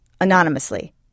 Anonymously